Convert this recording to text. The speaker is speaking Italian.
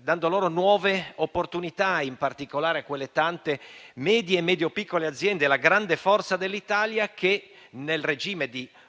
dando nuove opportunità ad essi e in particolare a quelle tante medie e medio-piccole aziende - la grande forza dell'Italia - che nel regime di